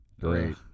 great